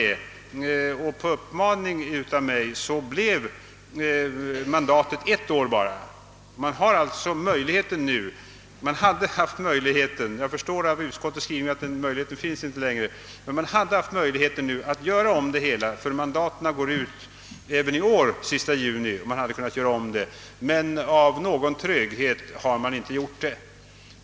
Tack vare att denna fråga ställdes förkortades mandattiden för medlemmarna till endast ett år. Det finns alltså möjlighet att nu göra om det hela, ty mandaten utgår den sista juni även i år. En ändring hade kunnat komma till stånd, men på grund av någon tröghet anser utskottet så inte böra ske.